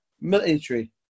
military